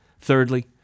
Thirdly